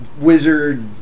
wizard